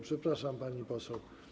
Przepraszam, pani poseł.